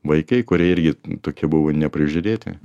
vaikai kurie irgi tokie buvo neprižiūrėti